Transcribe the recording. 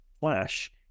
flash